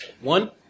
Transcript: One